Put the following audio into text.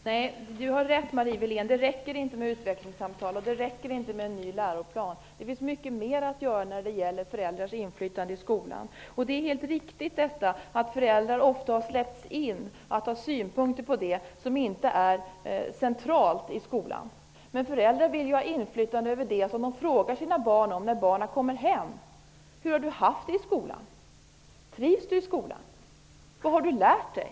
Herr talman! Nej - och där har Marie Wilén rätt - det räcker inte med utvecklingssamtal och en ny läroplan. Det finns mycket mer att göra när det gäller föräldrars inflytande i skolan. Det är helt riktigt att föräldrar ofta släppts in för synpunkter på sådant som inte är centralt i skolan. Men föräldrar vill ha inflytande över sådant som de frågar sina barn om när barnen kommer hem från skolan. Det kan gälla följande frågor: Hur har du haft det i skolan? Trivs du i skolan? Vad har du lärt dig?